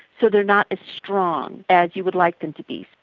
so they are not as strong as you would like them to be.